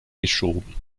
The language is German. geschoben